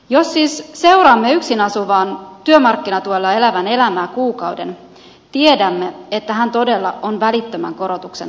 jos siis seuraamme yksin asuvan työmarkkinatuella elävän elämää kuukauden tiedämme että hän todella on välittömän korotuksen tarpeessa